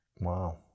Wow